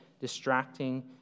distracting